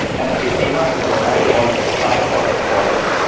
and they came up with what i call the tripod of policy.